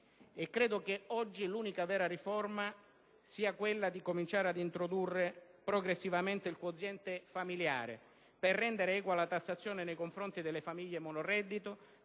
Credo che oggi l'unica vera riforma sia quella di cominciare ad introdurre progressivamente il quoziente familiare per rendere equa la tassazione nei confronti delle famiglie monoreddito,